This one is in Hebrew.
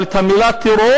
אבל את המילה טרור